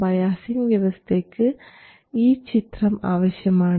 biasing വ്യവസ്ഥയ്ക്ക് ഈ ചിത്രം ആവശ്യമാണ്